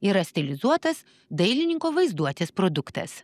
yra stilizuotas dailininko vaizduotės produktas